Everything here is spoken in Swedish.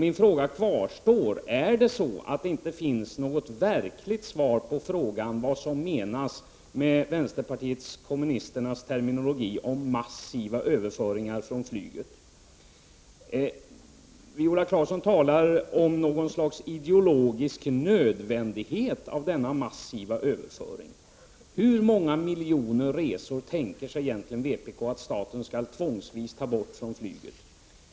Min fråga kvarstår: Är det så att det inte finns något verkligt svar på frågan vad som menas med vänsterpartiet kommunisternas terminologi om massiva överföringar från flyget? Viola Claesson talar om något slags ideologisk nödvändighet av denna massiva överföring. Hur många miljoner resor tänker sig egentligen vpk att staten skall tvångsvis ta bort från flyget?